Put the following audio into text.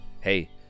hey